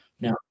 Now